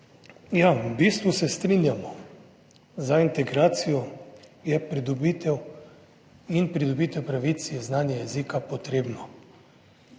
Ja, v bistvu se strinjamo, za integracijo je pridobitev in pridobitev pravic je znanje jezika potrebno.